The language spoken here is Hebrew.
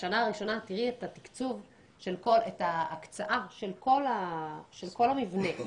בשנה הראשונה את תראי את ההקצאה של כל המבנה החדש,